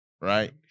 right